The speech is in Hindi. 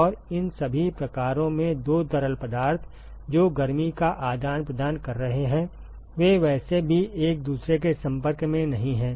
और इन सभी प्रकारों में दो तरल पदार्थ जो गर्मी का आदान प्रदान कर रहे हैं वे वैसे भी एक दूसरे के संपर्क में नहीं हैं